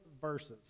verses